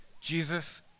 Jesus